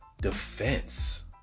Defense